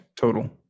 total